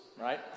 right